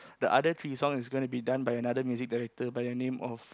the other three songs is gonna be done by another music director by the name of